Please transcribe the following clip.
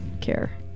care